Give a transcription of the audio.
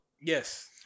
Yes